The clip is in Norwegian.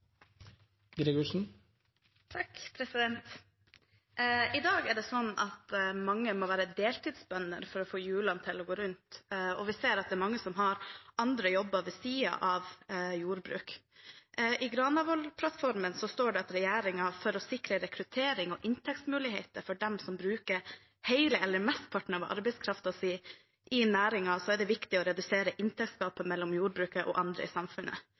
I dag må mange være deltidsbønder for å få hjulene til å gå rundt, og vi ser at mange har andre jobber ved siden av jordbruk. I Granavolden-plattformen står det fra regjeringen: «For å sikre rekruttering og inntektsmuligheter for dem som bruker hele eller mesteparten av arbeidskraften sin i næringen, er det viktig å redusere inntektstapet mellom jordbruket og andre i samfunnet.»